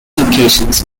occasions